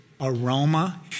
aroma